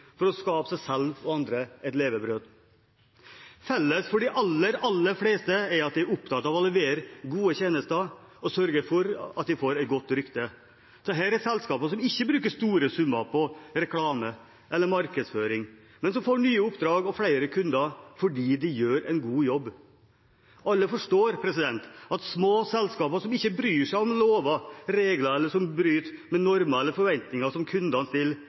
for å skape et levebrød for seg selv og andre. Felles for de aller, aller fleste av dem, er at de er opptatt av å levere gode tjenester og sørge for at de får et godt rykte. Dette er selskaper som ikke bruker store summer på reklame eller markedsføring, men som får nye oppdrag og flere kunder fordi de gjør en god jobb. Alle forstår at små selskaper som ikke bryr seg om lover og regler, eller som bryter med normer eller forventninger som kundene stiller,